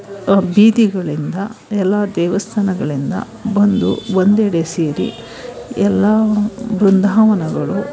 ಬೀದಿಗಳಿಂದ ಎಲ್ಲ ದೇವಸ್ಥಾನಗಳಿಂದ ಬಂದು ಒಂದೆಡೆ ಸೇರಿ ಎಲ್ಲ ಬೃಂದಾವನಗಳು